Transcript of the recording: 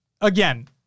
Again